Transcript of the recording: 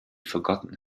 forgotten